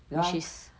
because